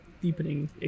deepening